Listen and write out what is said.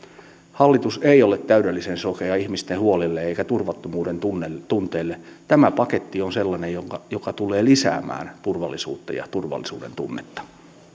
hallitus ei ole täydellisen sokea ihmisten huolille eikä turvattomuudentunteelle tämä paketti on sellainen joka joka tulee lisäämään turvallisuutta ja turvallisuudentunnetta